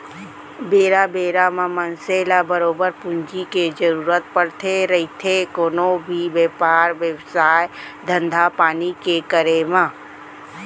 बेरा बेरा म मनसे ल बरोबर पूंजी के जरुरत पड़थे रहिथे कोनो भी बेपार बेवसाय, धंधापानी के करे म